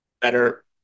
better